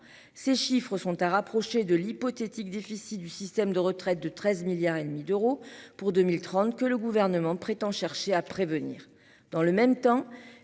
Ces chiffres sont à rapprocher de l'hypothétique déficit du système de retraite de 13 milliards et demi d'euros pour 2030 que le gouvernement prétend chercher à prévenir dans le même temps